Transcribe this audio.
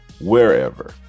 wherever